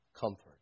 comfort